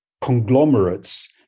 conglomerates